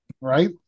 right